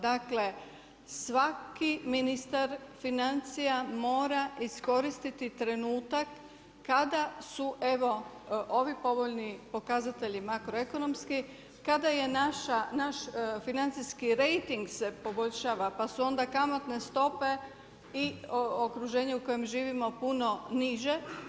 Dakle, svaki ministar financija mora iskoristiti trenutak kada su evo ovi povoljni pokazatelji makroekonomski, kada je naš financijski rejting se poboljšava pa su onda kamatne stope i okruženje u kojem živimo puno niže.